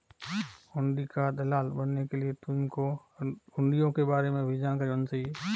हुंडी का दलाल बनने के लिए तुमको हुँड़ियों के बारे में भी जानकारी होनी चाहिए